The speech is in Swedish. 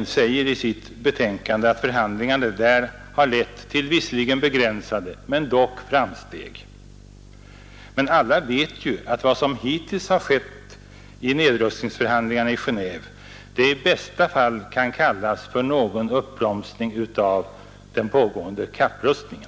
och säger i sitt betänkande att förhandlingarna där lett till, visserligen begränsade, men dock framsteg. Men alla vet ju att vad som hittills skett i nedrustningsförhandlingarna i Genéve i bästa fall kan kallas för någon uppbromsning av den pågående kapprustningen.